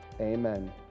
amen